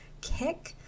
kick